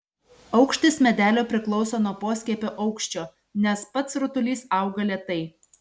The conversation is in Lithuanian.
aukštis medelio priklauso nuo poskiepio aukščio nes pats rutulys auga lėtai